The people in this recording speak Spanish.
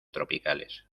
tropicales